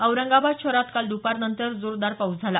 औरंगाबाद शहरात काल दपारनंतर जोरदार पाऊस झाला